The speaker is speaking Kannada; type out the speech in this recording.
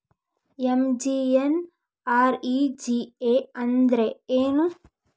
ಎಂ.ಜಿ.ಎನ್.ಆರ್.ಇ.ಜಿ.ಎ ಅಂದ್ರೆ ಏನು?